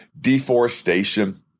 deforestation